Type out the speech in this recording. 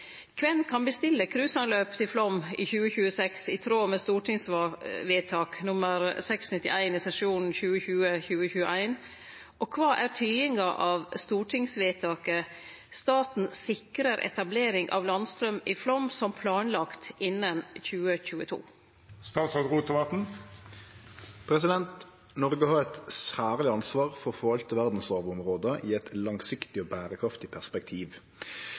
kven kan bestille cruiseanløp til Flåm i 2026 i tråd med stortingsvedtak nr. 691 i sesjonen 2020–2021, og kva er tydinga av stortingsvedtaket «[...] staten sikrer etablering av landstrøm i Flåm som planlagt innen 2022»?» Noreg har eit særleg ansvar for å forvalte verdsarvområda i eit langsiktig og berekraftig perspektiv.